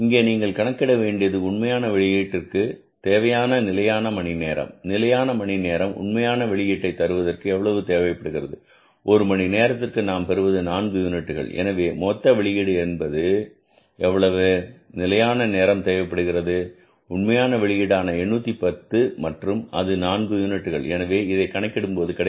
இங்கே நீங்கள் கணக்கிட வேண்டியது உண்மையான வெளியீட்டிற்கு தேவையான நிலையான மணி நேரம் நிலையான மணி நேரம் உண்மையான வெளியீட்டை தருவதற்கு எவ்வளவு தேவைப்படுகிறது ஒரு மணி நேரத்திற்கு நாம் பெறுவது நான்கு யூனிட்டுகள் எனவே மொத்த வெளியீடு எவ்வளவு நிலையான நேரம் தேவைப்படுவது உண்மையான வெளியீடான 810 மற்றும் அது நான்கு யூனிட்டுகள் எனவே இதை கணக்கிடும்போது கிடைப்பது 202